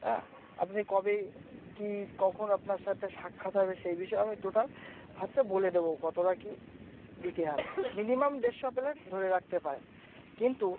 হ্যাঁ আপনি কবে কী কখন আপনার সাথে সাক্ষাৎ হবে সেই বিষয়ে আমি টোটাল হচ্ছে বলে দেবো কতটা কী দিতে হবে মিনিমাম দেড়শো প্লেট ধরে রাখতে পারেন কিন্তু